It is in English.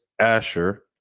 Asher